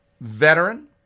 veteran